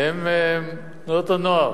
הן תנועות הנוער.